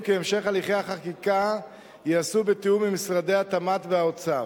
כי המשך הליכי החקיקה ייעשה בתיאום עם משרדי התמ"ת והאוצר.